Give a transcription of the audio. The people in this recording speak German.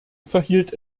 verhielt